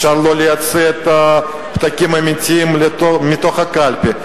אפשר לא להוציא את הפתקים האמיתיים מתוך הקלפי.